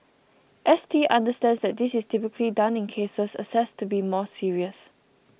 S T understands that this is typically done in cases assessed to be more serious